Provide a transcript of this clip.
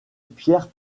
pierre